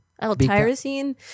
L-tyrosine